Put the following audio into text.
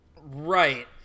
Right